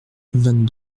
vingt